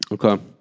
okay